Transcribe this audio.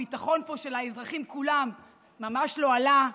הביטחון של האזרחים כולם ממש לא עלה,